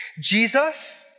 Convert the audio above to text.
Jesus